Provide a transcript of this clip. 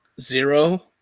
zero